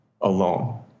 alone